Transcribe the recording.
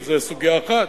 זו סוגיה אחת,